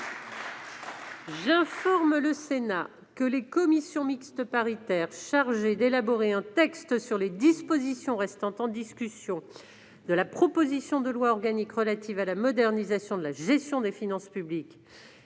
J'informe le Sénat que les commissions mixtes paritaires chargées d'élaborer un texte sur les dispositions restant en discussion de la proposition de loi organique relative à la modernisation de la gestion des finances publiques